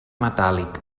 metàl·lic